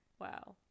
Wow